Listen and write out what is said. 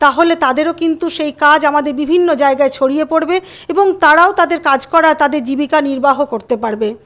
তাহলে তাদেরও কিন্তু সেই কাজ আমাদের বিভিন্ন জায়গায় ছড়িয়ে পরবে এবং তারাও তাদের কাজ করা তাদের জীবিকা নির্বাহ করতে পারবে